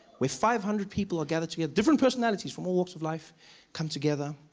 where five hundred people are gathered together. different personalities, from all walks of life come together.